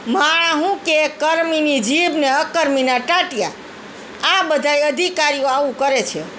માણસ શું કહે કર્મીની જીભ અને અક્કર્મીના ટાંટિયા આ બધાય અધિકારીઓ આવું કરે છે